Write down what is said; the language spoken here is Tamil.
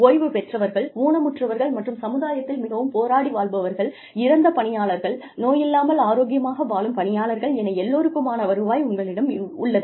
ஓய்வு பெற்றவர்கள் ஊனமுற்றவர்கள் மற்றும் சமுதாயத்தில் மிகவும் போராடி வாழ்பவர்கள் இறந்த பணியாளர்கள் நோயில்லாமல் ஆரோக்கியமாக வாழும் பணியாளர்கள் என எல்லோருக்குமான வருவாய் உங்களிடம் உள்ளது